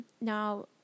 now